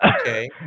Okay